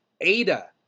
Ada